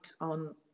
on